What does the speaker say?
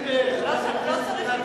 מפא"י של פעם זה מפלגת העצמאות?